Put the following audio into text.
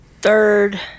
third